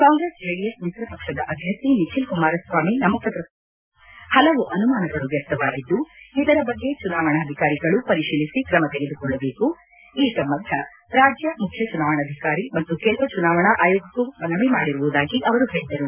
ಕಾಂಗ್ರೆಸ್ ಜೆಡಿಎಸ್ ಮಿತ್ರ ಪಕ್ಷದ ಅಭ್ಯರ್ಥಿ ನಿಖಿಲ್ ಕುಮಾರಸ್ವಾಮಿ ನಾಮಪತ್ರ ಸಲ್ಲಿಕೆ ಸ್ವೀಕಾರದ ಬಗ್ಗೆ ಹಲವು ಅನುಮಾನಗಳು ವ್ವಕ್ತವಾಗಿದ್ದು ಇದರ ಬಗ್ಗೆ ಚುನಾವಣಾಧಿಕಾರಿಗಳು ಪರಿಶೀಲಿಸಿ ಕ್ರಮ ತೆಗೆದುಕೊಳ್ಳಬೇಕು ಈ ಸಂಬಂಧ ರಾಜ್ಯ ಮುಖ್ಯ ಚುನಾವಣಾಧಿಕಾರಿ ಮತ್ತು ಕೇಂದ್ರ ಚುನಾವಣಾ ಆಯೋಗಕ್ಕೂ ಮನವಿ ಮಾಡಿರುವುದಾಗಿ ಅವರು ಹೇಳಿದರು